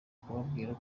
kubabwira